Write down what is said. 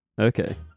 Okay